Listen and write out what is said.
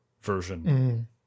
version